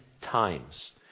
times